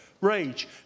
Rage